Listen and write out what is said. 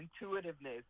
intuitiveness